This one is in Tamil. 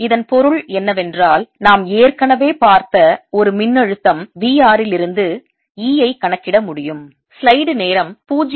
இதன் பொருள் என்னவென்றால் நாம் ஏற்கனவே பார்த்த ஒரு மின்னழுத்தம் V r இலிருந்து E ஐ கணக்கிட முடியும்